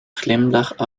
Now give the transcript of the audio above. glimlach